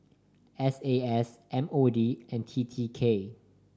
S A S M O D and T T K